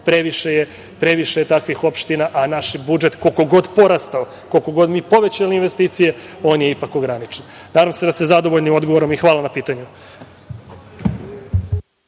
previše je takvih opština, a naš budžet, koliko god porastao, koliko kod mi povećali investicije, on je ipak ograničen. Nadam se da ste zadovoljni odgovorom i hvala na pitanju.